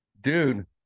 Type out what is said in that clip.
Dude